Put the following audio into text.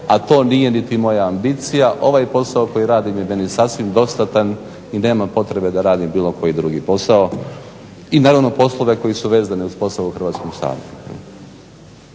a to nije niti moja ambicija. Ovaj posao koji radim je meni sasvim dostatan i nema potrebe da radim bilo koji drugi posao i naravno poslove koji su vezani uz posao u Hrvatskom saboru.